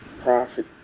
profit